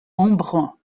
embrun